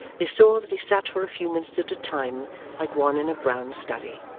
they saw that he sat for a few minutes at a time like one in a brown study,